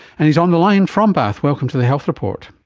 and his on the line from bath. welcome to the health report.